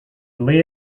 lay